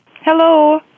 Hello